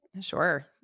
Sure